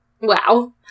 wow